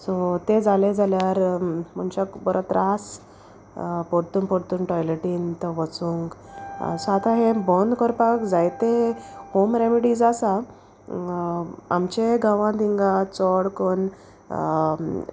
so ते जालें जाल्यार मनशाक बरो त्रास परतून परतून टॉयलेटीन तो वचूंक सो आतां हे बंद करपाक जायते होम रेमेडीज आसा आमचे गांवांत हिंगा चोड कोन्न